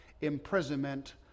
imprisonment